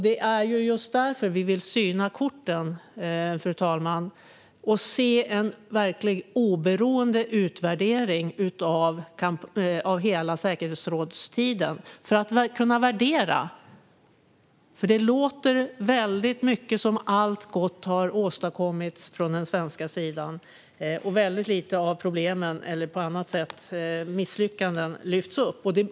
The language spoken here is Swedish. Det är just därför som vi vill syna korten, fru talman, och se en verkligt oberoende utvärdering av hela tiden i säkerhetsrådet för att kunna göra en värdering. Det låter väldigt mycket som att allt gott har åstadkommits från den svenska sidan, och väldigt lite av problem och misslyckanden lyfts fram.